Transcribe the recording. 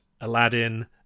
Aladdin